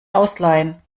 ausleihen